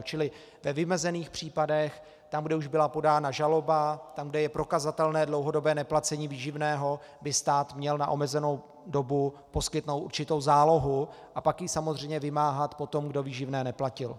Čili ve vymezených případech tam, kde už byla podána žaloba, tam, kde je prokazatelné dlouhodobé neplacení výživného, by stát měl na omezenou dobu poskytnout určitou zálohu a pak ji samozřejmě vymáhat po tom, kdo výživné neplatil.